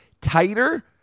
tighter